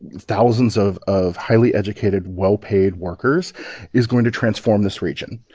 thousands of of highly educated, well-paid workers is going to transform this region.